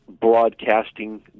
broadcasting